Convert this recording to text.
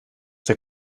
der